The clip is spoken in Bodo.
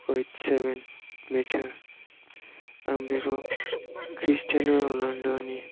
ओइत सेबेन मिटार आं बेखौ क्रिस्टियान' रनालद' नि